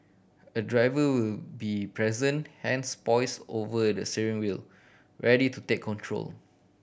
a driver will be present hands poised over the steering wheel ready to take control